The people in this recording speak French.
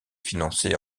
financé